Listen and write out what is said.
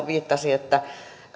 viittasi että